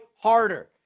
harder